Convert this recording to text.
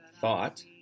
thought